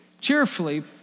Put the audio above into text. cheerfully